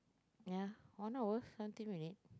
ya one over twenty minute